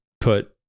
put